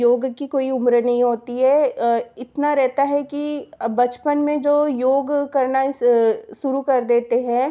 योग की कोई उम्र नहीं होती है इतना रहता है कि बचपन में जो योग करना शुरू कर देते हैं